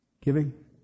giving